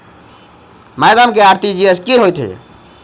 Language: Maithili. माइडम इ आर.टी.जी.एस की होइ छैय?